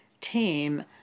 team